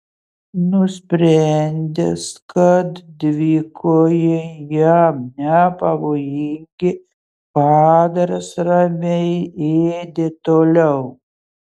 nusprendęs kad dvikojai jam nepavojingi padaras ramiai ėdė toliau